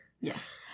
Yes